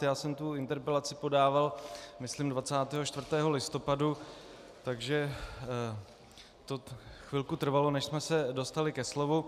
Já jsem tu interpelaci podával myslím 24. listopadu, takže to chvilku trvalo, než jsme se dostali ke slovu.